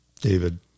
David